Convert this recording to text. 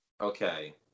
okay